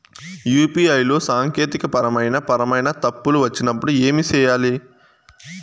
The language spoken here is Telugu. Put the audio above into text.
యు.పి.ఐ లో సాంకేతికపరమైన పరమైన తప్పులు వచ్చినప్పుడు ఏమి సేయాలి